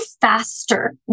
faster